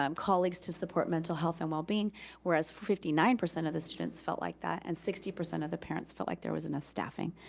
um colleagues to support mental health and well-being, whereas fifty nine percent of the students felt like that, and sixty percent of the parents felt like there was enough staffing.